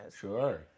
Sure